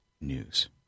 news